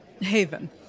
Haven